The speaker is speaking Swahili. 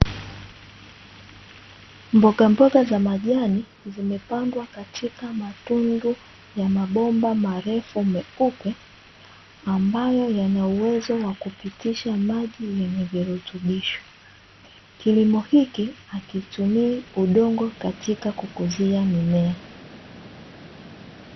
Mbogamboga za majani zimepandwa katika matundu ya mabomba marefu meupe, ambayo yana uwezo wa kupitisha maji yenye virutubisho. Kilimo hiki hakitumii udongo katika kukuzia mimea.